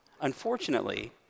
unfortunately